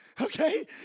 Okay